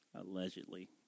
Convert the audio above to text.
Allegedly